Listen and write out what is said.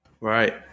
Right